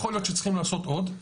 יכול להיות שצריכים לעשות עוד.